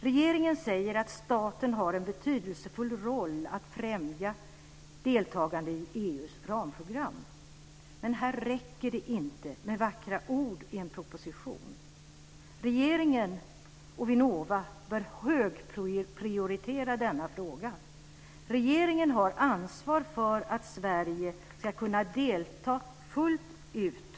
Regeringen säger att staten har en betydelsefull roll att främja deltagande i EU:s ramprogram, men här räcker det inte med vackra ord i en proposition. Regeringen och Vinnova bör högprioritera denna fråga. Regeringen har ett ansvar för att Sverige ska kunna delta fullt ut.